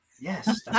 Yes